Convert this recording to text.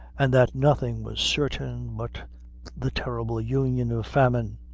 and that nothing was certain but the terrible union of famine,